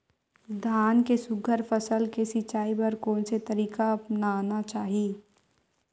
धान के सुघ्घर फसल के सिचाई बर कोन से तरीका अपनाना चाहि?